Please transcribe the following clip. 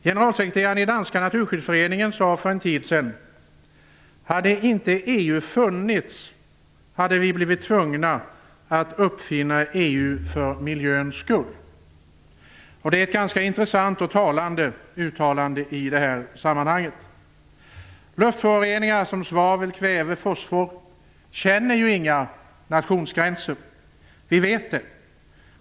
Generalsekreteraren i den danska naturskyddsföreningen sade för en tid sedan att om inte EU hade funnits hade vi blivit tvungna att uppfinna EU för miljöns skull. Det är ett ganska intressant och talande uttalande i detta sammanhang. Luftföroreningar i form av svavel, kväve och fosfor känner inga nationsgränser, det vet vi.